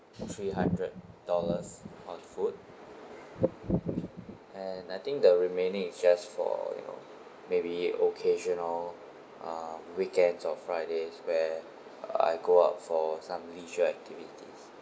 three hundred dollars on food and I think the remaining it's just for you know maybe occasional or uh weekends or fridays where I go out for some leisure activities